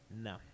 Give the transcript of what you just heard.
No